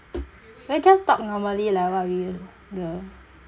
let's just talk normally like what we the